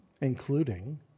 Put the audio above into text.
Including